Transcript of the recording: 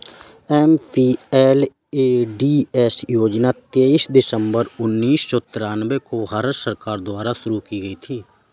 MPLADS योजना तेईस दिसंबर उन्नीस सौ तिरानवे को भारत सरकार द्वारा शुरू की गयी थी